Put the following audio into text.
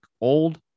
old